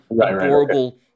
adorable